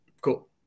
cool